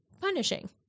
punishing